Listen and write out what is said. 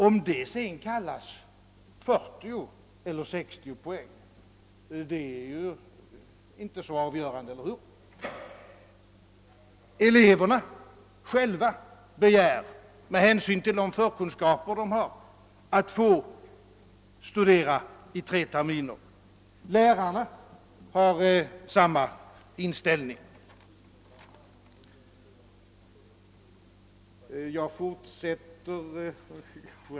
Om det sedan kallas för 40 eller 60 poäng är ju inte avgörande — eller hur? Eleverna själva begär med hänsyn till de förkunskaper de har att få studera i tre terminer, och lärarna har samma inställning.